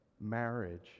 marriage